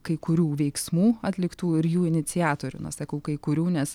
kai kurių veiksmų atliktų ir jų iniciatorių na sakau kai kurių nes